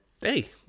hey